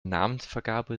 namensvergabe